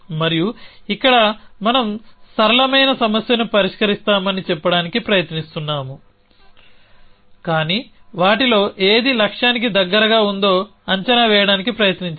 మరియు ఇక్కడ మనం సరళమైన సమస్యను పరిష్కరిస్తామని చెప్పడానికి ప్రయత్నిస్తున్నాము కానీ వాటిలో ఏది లక్ష్యానికి దగ్గరగా ఉందో అంచనా వేయడానికి ప్రయత్నించండి